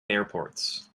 airports